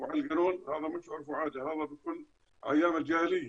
המורשת והמסורת נמצאים בחברה הערבית בכלל,